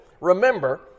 Remember